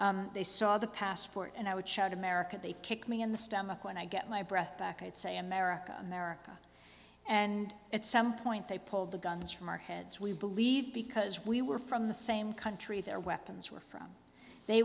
and they saw the passport and i would shout america they kick me in the stomach when i get my breath back i'd say america america and at some point they pulled the guns from our heads we believe because we were from the same country their weapons were from they